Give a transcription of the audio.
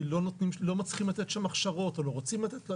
כי לא מצליחים לתת שם הכשרות או לא רוצים לתת?